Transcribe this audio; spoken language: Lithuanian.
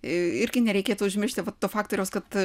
irgi nereikėtų užmiršti to faktoriaus kad